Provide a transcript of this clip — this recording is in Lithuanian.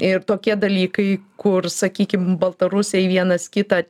ir tokie dalykai kur sakykim baltarusiai vienas kitą